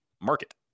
market